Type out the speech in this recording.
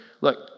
look